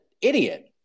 idiot